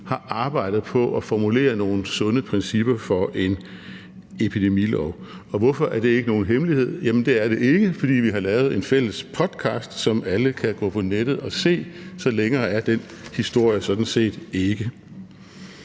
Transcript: har arbejdet på at formulere nogle sunde principper for en epidemilov, og hvorfor er det ikke nogen hemmelighed? Det er det ikke, fordi vi har lavet en fælles podcast, som alle kan gå på nettet og høre. Så længere er den historie sådan set ikke.